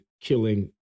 killing